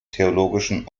theologischen